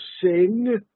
sing